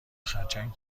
خرچنگ